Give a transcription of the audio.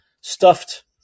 stuffed